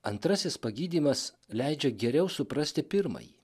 antrasis pagydymas leidžia geriau suprasti pirmąjį